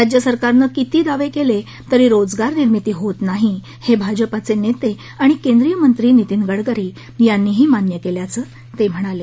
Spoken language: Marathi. राज्य सरकारनं किती दावे केले तरी रोजगार निर्मिती होत नाही हे भाजपाचे नेते आणि केंद्रीय मंत्री नितिन गडकरी यांनीही मान्य केल्याचं ते म्हणाले